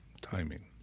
Timing